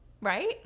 Right